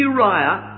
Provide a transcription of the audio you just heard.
Uriah